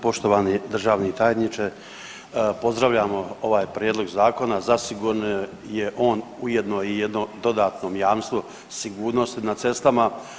Poštovani državni tajniče, pozdravljamo ovaj prijedlog Zakona, zasigurno je on ujedno i jedno dodatno jamstvo sigurnosti na cestama.